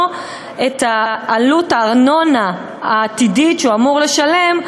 את עלות הארנונה העתידית שהוא אמור לשלם,